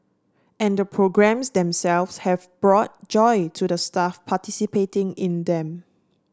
and the programmes themselves have brought joy to the staff participating in them